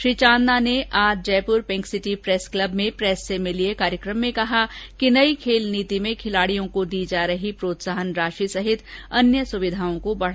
श्री चांदना ने आज Jaipur pink city club में प्रेस से मिलिये कार्यक्रम में कहा कि नई खेल नीति में खिलाडियों को दी जा रही प्रोत्साहन राशि सहित अन्य सुविधाओं को बढाया जायेगा